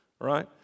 right